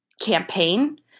campaign